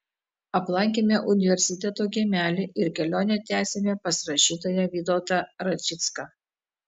aplankėme universiteto kiemelį ir kelionę tęsėme pas rašytoją vytautą račicką